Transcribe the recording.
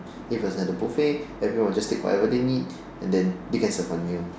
if it was at a buffet everyone will just take whatever they need and then they can serve one meal